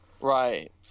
Right